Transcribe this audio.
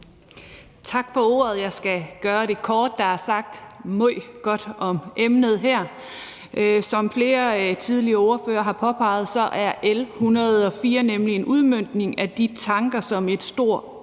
Tak for ordet, formand. Jeg skal gøre det kort. Der er sagt meget godt om emnet her. Som flere tidligere ordførere har påpeget, er L 104 nemlig en udmøntning af de tanker, som et stort